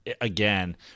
again